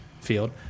field